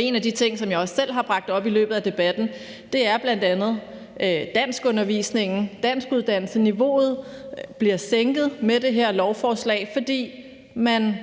en af de ting, som jeg også selv har bragt op i løbet af debatten, er bl.a. danskundervisningen. Danskuddannelsesniveauet bliver sænket med det her lovforslag, fordi man